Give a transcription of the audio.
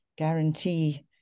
guarantee